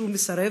שהוא מסרב